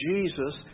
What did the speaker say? Jesus